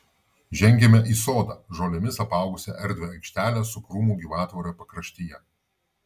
žengėme į sodą žolėmis apaugusią erdvią aikštelę su krūmų gyvatvore pakraštyje